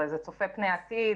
הרי זה צופה פני עתיד,